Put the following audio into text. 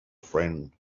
friend